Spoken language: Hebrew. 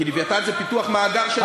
כי "לווייתן" זה פיתוח מאגר שלם עם צינור.